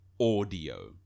audio